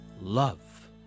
love